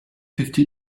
fifty